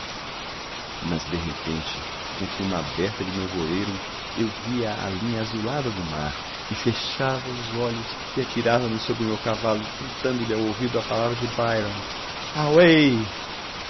mas de repente entre uma aberta de nevoeiro eu via a linha azulada do mar e fechava os olhos e atirava me sobre o meu cavalo gritando lhe ao ouvido a palavra de byron away